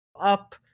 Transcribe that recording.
up